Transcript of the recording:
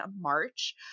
March